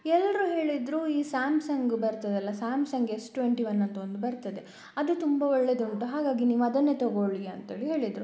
ಎಲ್ಲರೂ ಹೇಳಿದರು ಈ ಸ್ಯಾಮ್ಸಂಗ್ ಬರ್ತದಲ್ಲ ಸ್ಯಾಮ್ಸಂಗ್ ಎಸ್ ಟ್ವೆಂಟಿ ಒನ್ ಅಂತ ಒಂದು ಬರ್ತದೆ ಅದು ತುಂಬ ಒಳ್ಳೆದುಂಟು ಹಾಗಾಗಿ ನೀವದನ್ನೇ ತಗೊಳ್ಳಿ ಅಂತ ಹೇಳಿ ಹೇಳಿದರು